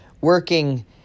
working